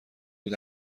بود